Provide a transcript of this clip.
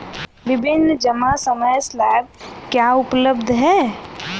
विभिन्न जमा समय स्लैब क्या उपलब्ध हैं?